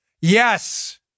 Yes